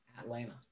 Atlanta